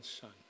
Son